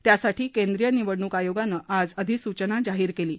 त्यासाठी केंद्रीय निवडणूक आयोगाने आज अधिसूचना जाहिर केली आहे